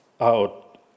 out